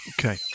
Okay